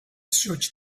searched